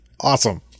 Awesome